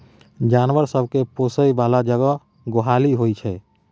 जानबर सब केँ पोसय बला जगह गोहाली होइ छै